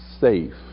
safe